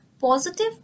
positive